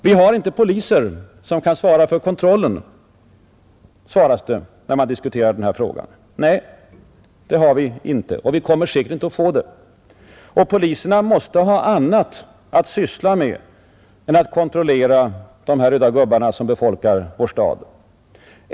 Vi har inte poliser som kan svara för kontrollen, svaras det när man diskuterar detta. Nej, det har vi inte, och vi kommer säkert inte heller att få det. Poliserna bör ha annat att syssla med än att kontrollera de här röda gubbarna som befolkar vår stad.